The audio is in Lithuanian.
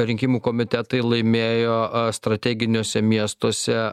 rinkimų komitetai laimėjo strateginiuose miestuose